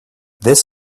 this